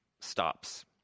stops